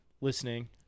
listening